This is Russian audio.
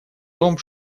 том